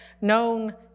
known